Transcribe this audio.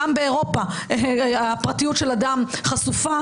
גם באירופה הפרטיות של אדם חשופה,